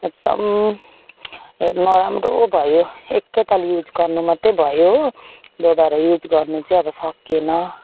एकदम हेर नराम्रो भयो एक ताल युज गर्न मात्रै भयो हो दोबारा युज गर्न चाहिँ अब सकिएन